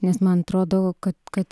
nes man atrodo kad kad